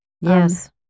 Yes